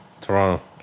Toronto